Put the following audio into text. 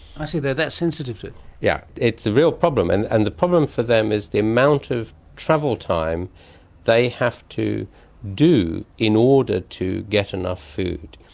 i see, they're that sensitive to it. yes. yeah it's a real problem. and and the problem for them is the amount of travel time they have to do in order to get enough food.